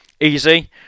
easy